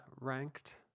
ranked